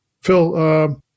Phil